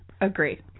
agree